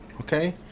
Okay